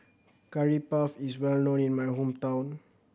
Curry Puff is well known in my hometown